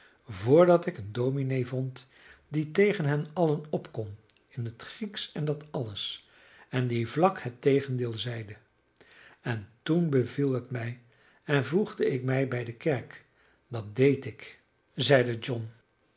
vrdat ik een dominee vond die tegen hen allen op kon in het grieksch en dat alles en die vlak het tegendeel zeide en toen beviel het mij en voegde ik mij bij de kerk dat deed ik zeide john